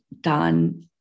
done